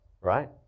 right